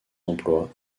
emploi